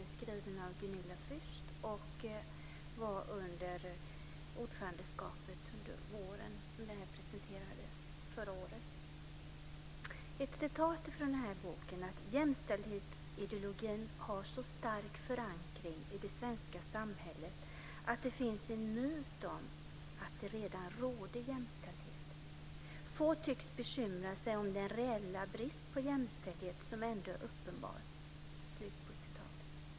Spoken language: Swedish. Den är skriven av Gunilla Fürst och presenterades under EU-ordförandeskapet förra våren. Ett citat ur boken: "Jämställdhetsideologin har så stark förankring i det svenska samhället att det finns en myt om att det redan råder jämställdhet. Få tycks bekymra sig om den reella brist på jämställdhet som ändå är uppenbar."